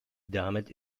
damit